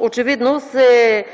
очевидно се